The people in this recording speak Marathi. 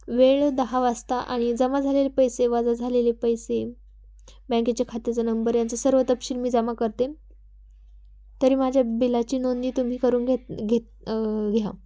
वेळ दहा वाजता आणि जमा झालेले पैसे वाजा झालेले पैसे बँकेच्या खात्याचा नंबर यांचं सर्व तपशील मी जमा करते तरी माझ्या बिलाची नोंदणी तुम्ही करून घेत घेत घ्या